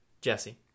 Jesse